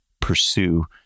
pursue